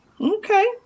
Okay